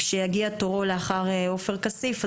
וכשיגיע תורו לאחר עופר כסיף,